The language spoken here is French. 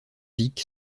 vic